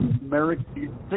American